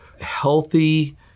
healthy